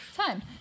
time